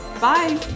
Bye